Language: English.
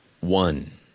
one